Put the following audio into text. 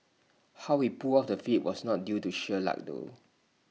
how he pulled off the feat was not due to sheer luck though